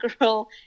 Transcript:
girl